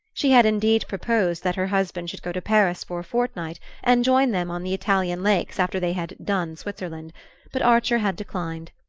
she had indeed proposed that her husband should go to paris for a fortnight, and join them on the italian lakes after they had done switzerland but archer had declined.